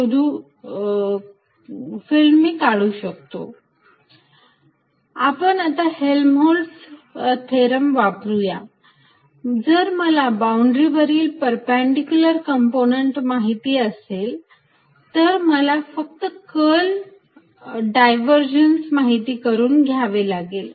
Curl Ezδy Eyδz Exδz Ezδx Eyδx Exδy आपण आता Helmholtz theorem Helmholz's theorem वापरूया जर मला बाउंड्री वरील परपंडिक्युलर कंपोनंन्ट माहिती असेल तर मला फक्त कर्ल डायव्हरजन्स माहिती करून घ्यावे लागेल